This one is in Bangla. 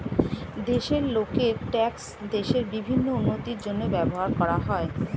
দেশের লোকের ট্যাক্স দেশের বিভিন্ন উন্নতির জন্য ব্যবহার করা হয়